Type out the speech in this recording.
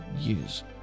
years